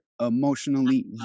emotionally